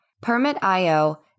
Permit.io